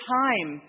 time